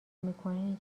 میکنه